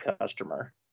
customer